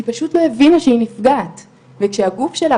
היא פשוט לא הבינה שהיא נפגעת וכשהגוף שלה